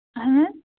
اَہَن حظ